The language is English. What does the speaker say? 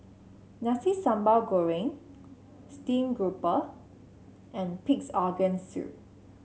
Nasi Sambal Goreng Steamed Grouper and Pig's Organ Soup